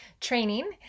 training